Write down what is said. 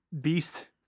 beast